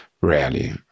rarely